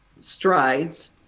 Strides